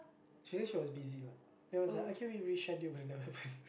she say she was busy what then I was like okay we reschedule but she